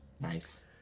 Nice